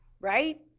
Right